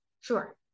Sure